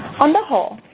on the whole,